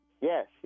Yes